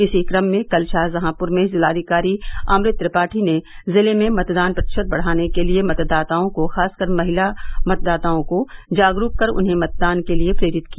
इसी कम में कल शाहजहांप्र में जिलाधिकारी अमृत त्रिपाठी ने जिले में मतदान प्रतिशत बढ़ाने के लिए मतदाताओं को खास कर महिला मतदाताओं को जागरूक कर उन्हें मतदान के लिए प्रेरित किया